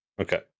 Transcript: Okay